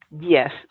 Yes